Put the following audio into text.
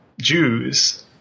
Jews